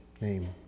name